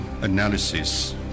analysis